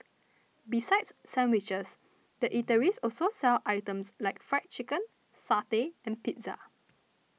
besides sandwiches the eateries also sell items like Fried Chicken satay and pizza